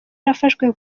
yarafashwe